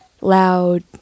loud